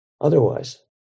otherwise